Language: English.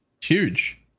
Huge